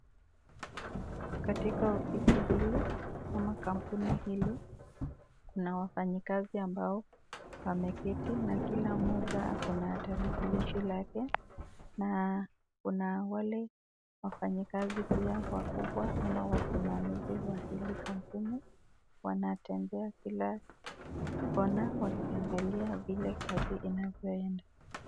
Katika ofisi hili ama kampuni hili kuna wafanyikazi ambao wameketi na kila mmoja akona tarakilishi lake na kuna wale wafanyikazi pia wakubwa ama wasimamizi wa hili kampuni wanatembea kila kona wakiangalia vile kazi inavyoenda